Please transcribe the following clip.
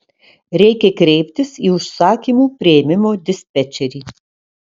reikia kreiptis į užsakymų priėmimo dispečerį